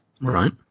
Right